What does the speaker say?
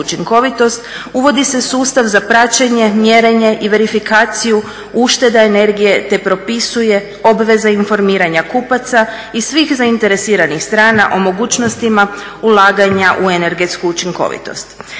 uvodi se sustav za praćenje, mjerenje i verifikaciju ušteda energije, te propisuje obveza informiranja kupaca i svih zainteresiranih strana o mogućnostima ulaganja u energetska učinkovitost.